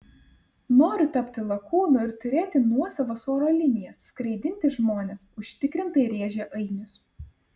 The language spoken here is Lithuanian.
noriu tapti lakūnu ir turėti nuosavas oro linijas skraidinti žmones užtikrintai rėžė ainius